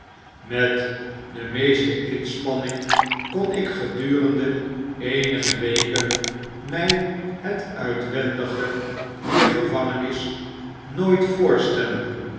met de meeste inspanning konik gedurende eenige weken my het uitwendige dier gevangenis nooit voorstellen